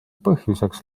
põhjuseks